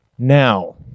Now